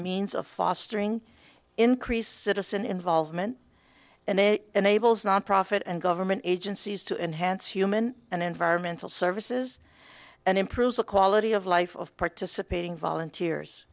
means of fostering increased citizen involvement and it enables nonprofit and government agencies to enhance human and environmental services and improve the quality of life of participating volunteers